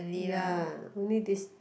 ya only this